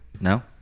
no